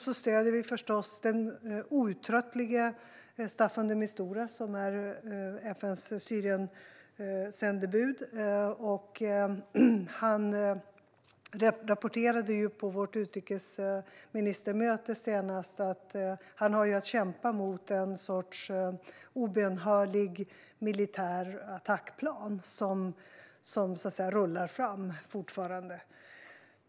Vi stöder förstås också den outtröttlige Staffan de Mistura, som är FN:s Syriensändebud. Han rapporterade senast på vårt utrikesministermöte att han har att kämpa mot en sorts obönhörlig militär attackplan som så att säga fortfarande rullar fram.